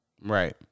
right